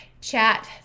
chat